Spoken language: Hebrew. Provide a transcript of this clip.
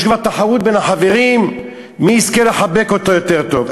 יש כבר תחרות בין החברים מי יזכה לחבק אותו יותר טוב.